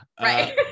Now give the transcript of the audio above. Right